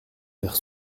vers